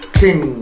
king